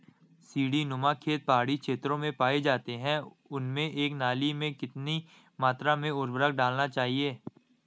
सीड़ी नुमा खेत पहाड़ी क्षेत्रों में पाए जाते हैं उनमें एक नाली में कितनी मात्रा में उर्वरक डालना चाहिए?